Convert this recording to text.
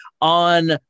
on